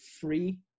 free